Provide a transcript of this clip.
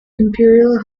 imperial